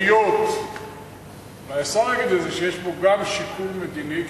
היות שהשר יגיד שיש פה גם שיקול מדיני,